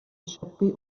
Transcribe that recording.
échappée